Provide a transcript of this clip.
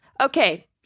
Okay